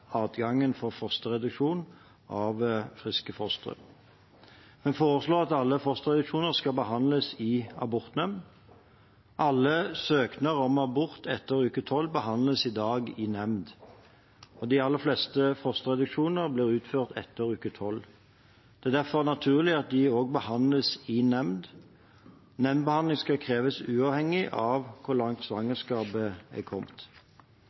adgangen til fosterreduksjon av friske fostre. Vi foreslår at alle fosterreduksjoner skal behandles i abortnemnd. Alle søknader om abort etter 12. uke behandles i dag i nemnd, og de aller fleste fosterreduksjoner blir utført etter 12. uke. Det er derfor naturlig at de også behandles i nemnd. Nemndsbehandling skal kreves, uavhengig av hvor langt svangerskapet er kommet.